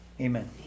Amen